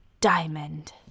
diamond